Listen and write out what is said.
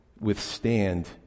withstand